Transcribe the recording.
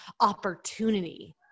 opportunity